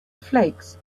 flakes